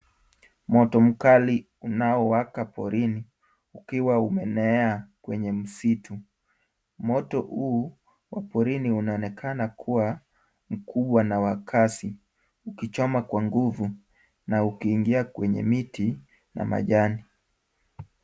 Moto mkali unao waka porini ukiwa umeenea kwenye msitu. Moto huu wa porini unaonekana kuwa mkubwa na wa kasi ukichoma kwa nguvu na ukiingia kwenye miti na majani.